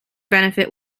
benefit